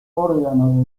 órgano